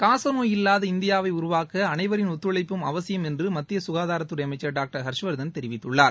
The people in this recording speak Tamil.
காசநோய் இல்லாத இந்தியாவை உருவாக்க அனைவரின் ஒத்துழைப்பு அவசியம் என்று மத்திய சுகாதாரத்துறை அமைச்சர் டாக்டர் ஹர்ஷ்வர்த்தன் தெரிவித்துள்ளார்